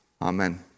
Amen